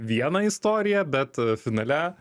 vieną istoriją bet finale